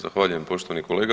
Zahvaljujem poštovani kolega.